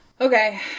Okay